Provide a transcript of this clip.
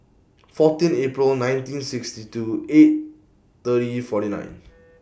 fourteen April nineteen sixty two eight thirty forty nine